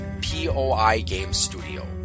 POIGamestudio